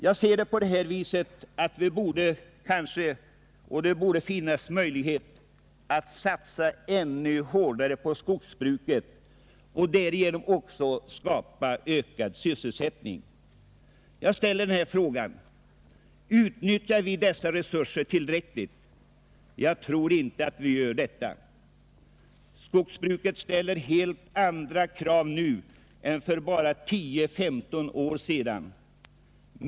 Jag ser läget så att det borde finnas möjlighet att satsa ännu hårdare på skogsbruket och därigenom också skapa ökad sysselsättning. Jag vill ställa frågan, om vi utnyttjar dessa resurser tillräckligt. Jag tror inte att vi gör det. Skogsbruket ställer helt andra krav än för bara 10—15 år sedan.